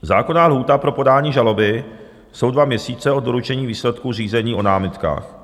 Zákonná lhůta pro podání žaloby jsou dva měsíce od doručení výsledku řízení o námitkách.